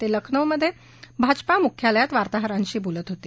ते लखनौमध्ये भाजपा मुख्यालयात वार्ताहरांशी बोलत होते